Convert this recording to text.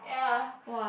ya